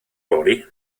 fory